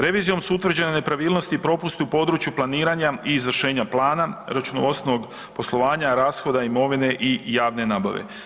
Revizijom su utvrđene nepravilnosti i propust u području planiranja i izvršenja plana, računovodstvenog poslovanja rashoda imovine i javne nabave.